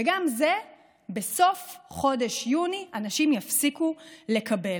וגם את זה בסוף חודש יוני אנשים יפסיקו לקבל.